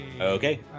Okay